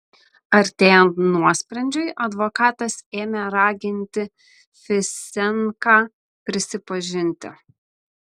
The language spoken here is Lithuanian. artėjant nuosprendžiui advokatas ėmė raginti fisenką prisipažinti